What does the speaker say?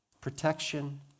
protection